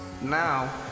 Now